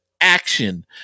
action